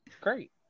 Great